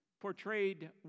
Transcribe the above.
portrayed